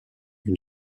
une